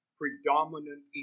predominant